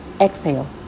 Exhale